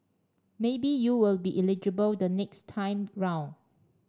maybe you will be eligible the next time round